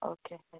okay